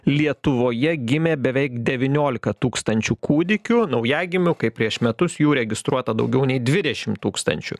lietuvoje gimė beveik devyniolika tūkstančių kūdikių naujagimių kai prieš metus jų registruota daugiau nei dvidešim tūkstančių